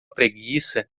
preguiça